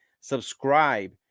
subscribe